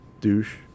douche